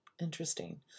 Interesting